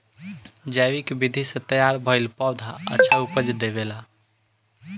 जैविक विधि से तैयार भईल पौधा अच्छा उपज देबेला